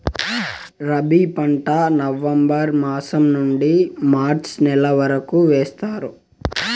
రబీ పంట నవంబర్ మాసం నుండీ మార్చి నెల వరకు వేస్తారు